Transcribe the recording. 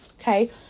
okay